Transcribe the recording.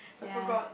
I forgot